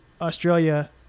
Australia